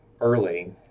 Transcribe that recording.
early